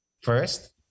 first